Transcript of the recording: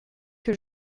que